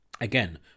again